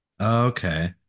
Okay